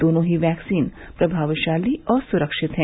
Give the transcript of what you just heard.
दोनों ही वैक्सीन प्रभावशाली और सुरक्षित है